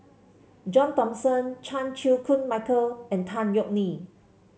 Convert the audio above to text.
John Thomson Chan Chew Koon Michael and Tan Yeok Nee